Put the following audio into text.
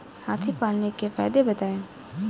हाथी पालने के फायदे बताए?